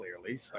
clearly